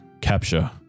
capture